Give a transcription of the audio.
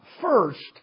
first